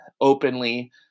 openly